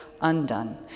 undone